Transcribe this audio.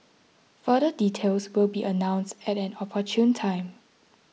further details will be announced at an opportune time